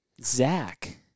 Zach